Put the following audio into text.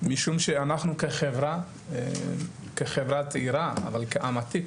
משום שאנחנו כחברה צעירה, אבל כעם עתיק